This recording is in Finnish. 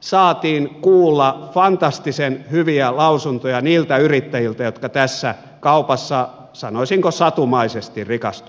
saatiin kuulla fantastisen hyviä lausuntoja niiltä yrittäjiltä jotka tässä kaupassa sanoisinko satumaisesti rikastuivat